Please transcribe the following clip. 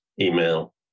email